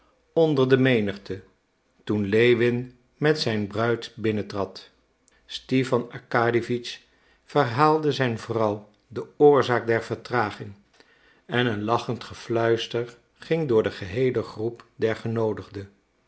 onder de menigte toen lewin met zijn bruid binnentrad stipan arkadiewitsch verhaalde zijn vrouw de oorzaak der vertraging en een lachend gefluister ging door de geheele groep der genoodigden